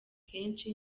kenshi